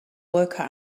worker